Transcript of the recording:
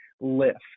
lift